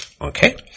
Okay